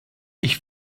ich